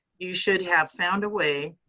you should have found a way